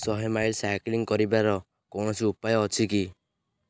ଶହେ mile cycling କରିବାର କୌଣସି ଉପାୟ ଅଛି କି